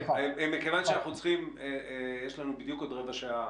יש לנו עוד רבע שעה